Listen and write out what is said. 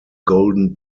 golden